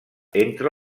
entre